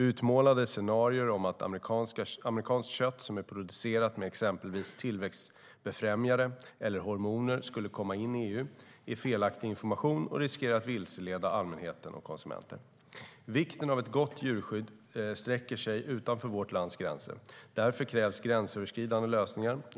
Utmålade scenarier om att amerikanskt kött som är producerat med exempelvis tillväxtbefrämjare eller hormoner skulle komma in i EU är felaktig information och riskerar att vilseleda allmänheten och konsumenter. Vikten av ett gott djurskydd sträcker sig utanför vårt lands gränser. Därför krävs gränsöverskridande lösningar.